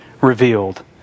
revealed